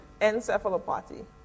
encephalopathy